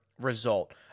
result